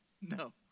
no